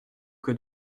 que